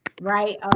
right